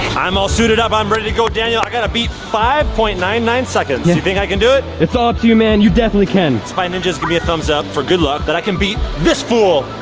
i'm all suited up, i'm ready to go daniel. i gotta beat five point nine nine seconds, you think i can do it? it's all up to you man, you definitely can. spy ninjas' give me a thumbs up for good luck that i can beat this fool.